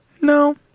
No